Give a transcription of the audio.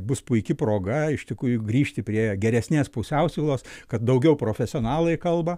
bus puiki proga iš tikrųjų grįžti prie geresnės pusiausvylos kad daugiau profesionalai kalba